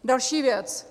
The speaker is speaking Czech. Další věc.